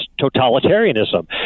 totalitarianism